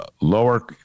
lower